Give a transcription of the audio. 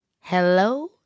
Hello